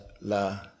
La